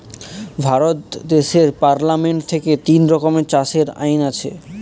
ভারত দেশের পার্লামেন্ট থেকে তিন রকমের চাষের আইন আছে